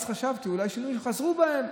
חשבתי: אולי חזרו בהם,